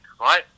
right